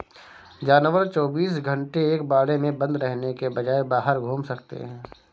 जानवर चौबीस घंटे एक बाड़े में बंद रहने के बजाय बाहर घूम सकते है